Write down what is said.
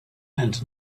and